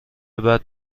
بعد